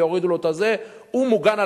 הוא מוגן,